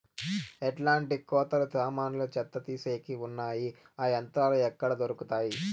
ఎట్లాంటి కోతలు సామాన్లు చెత్త తీసేకి వున్నాయి? ఆ యంత్రాలు ఎక్కడ దొరుకుతాయి?